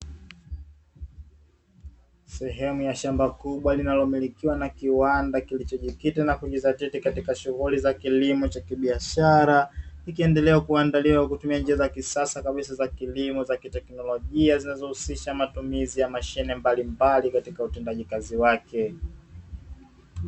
Sehemu ya shamba kubwa linalomilikiwa na kiwanda kilichojikita na kujizitatiti katika shughuli za kilimo cha kibihashara, kikiendelea kuandaliwa kwa kutumia njia za kisasa kabisa za kilimo za kiteknolojia, zinazohusisha matumizi ya mashine mbalimbali katika utendaji kazi wake.